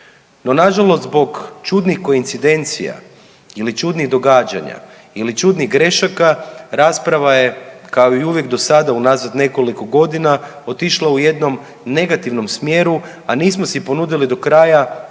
No, nažalost zbog čudnih koincidencija ili čudnih događanja ili čudnih grešaka rasprava je kao i uvijek do sada unazad nekoliko godina otišla u jednom negativnom smjeru, a nismo si ponudili do kraja koji